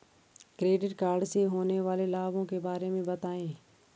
Credit card से होने वाले लाभों के बारे में बताएं?